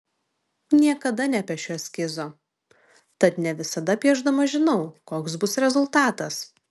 niekada nepiešiu eskizo tad ne visada piešdama žinau koks bus rezultatas